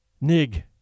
Nig